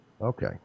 Okay